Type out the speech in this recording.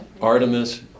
Artemis